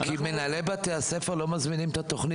כי מנהלי בתי הספר לא מזמינים את התוכנית.